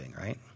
right